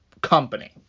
company